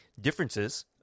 differences